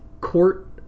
court